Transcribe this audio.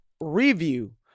review